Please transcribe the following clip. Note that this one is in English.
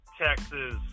Texas